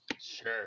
Sure